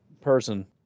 person